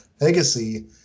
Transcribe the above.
legacy